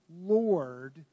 Lord